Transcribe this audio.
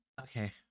Okay